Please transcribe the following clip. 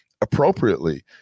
appropriately